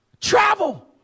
travel